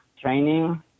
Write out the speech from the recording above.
training